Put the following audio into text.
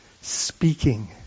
speaking